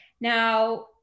Now